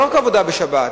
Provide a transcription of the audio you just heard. לא רק עבודה בשבת.